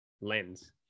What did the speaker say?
lens